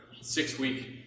six-week